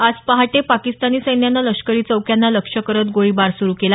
आज पहाटे पाकिस्तानी सैन्यानं लष्करी चौक्यांना लक्ष्य करत गोळीबार सुरु केला